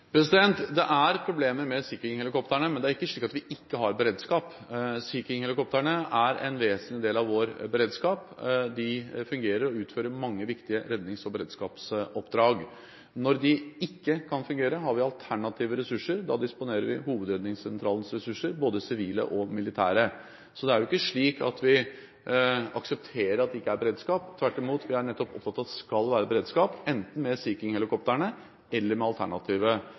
Det er problemer med Sea King-helikoptrene, men det er ikke slik at vi ikke har beredskap. Sea King-helikoptrene er en vesentlig del av vår beredskap. De fungerer og utfører mange viktige rednings- og beredskapsoppdrag. Når de ikke kan fungere, har vi alternative ressurser. Da disponerer vi Hovedredningssentralens ressurser, både sivile og militære. Det er ikke slik at vi aksepterer at det ikke er beredskap. Tvert imot, vi er nettopp opptatt av at det skal være beredskap, enten med Sea King-helikoptrene eller med